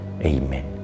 Amen